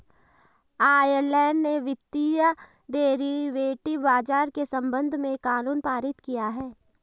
Ireland ने वित्तीय derivative बाजार के संबंध में कानून पारित किया है